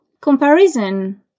Comparison